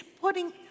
putting